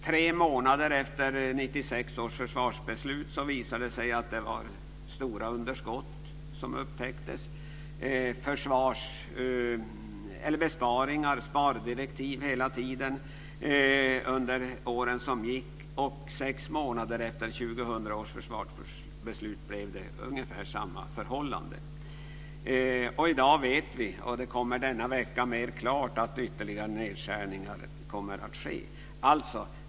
Tre månader efter 1996 års försvarsbeslut upptäcktes stora underskott. Det var hela tiden besparingar och spardirektiv under åren som gick. Och sex månader efter 2000 års försvarsbeslut blev det ungefär samma förhållande. I dag vet vi, och denna vecka kommer det att bli mer klart, att ytterligare nedskärningar kommer att ske.